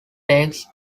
takes